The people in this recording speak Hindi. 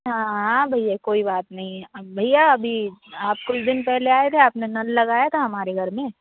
हाँ भैया कोई बात नहीं भैया अभी आप कुछ दिन पहले आए थे अपने नल लगाया था हमारे घर में